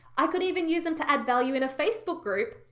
i could even use them to add value in a facebook group,